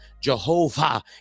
Jehovah